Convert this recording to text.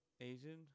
Asian